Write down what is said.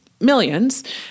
millions